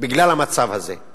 בגלל הדבר הזה.